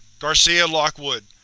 garcia, lockwood,